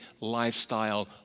lifestyle